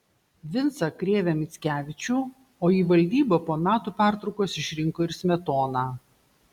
vincą krėvę mickevičių o į valdybą po metų pertraukos išrinko ir smetoną